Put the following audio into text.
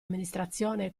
amministrazione